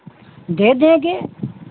दे देंगे